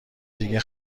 دیگه